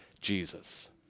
Jesus